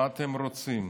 מה אתם רוצים?